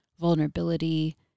Vulnerability